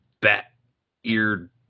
bat-eared